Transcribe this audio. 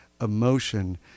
emotion